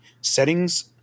settings